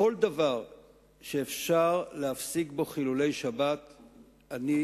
כל דבר שאפשר להפסיק בו חילולי שבת אני,